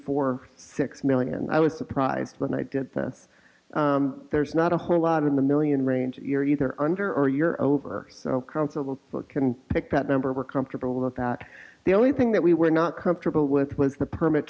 four six million i was surprised when i did this there's not a whole lot in the million range you're either under or you're over so councils can pick that number we're comfortable with that the only thing that we were not comfortable with was the permit